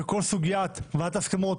וכל סוגיית ועדת ההסכמות